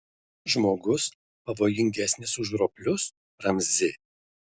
žmogus pavojingesnis už roplius ramzi